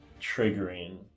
triggering